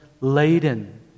laden